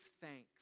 thanks